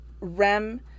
REM